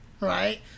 right